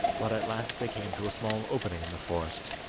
but at last they came to a small opening in the forest,